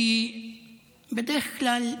כי בדרך כלל,